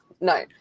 No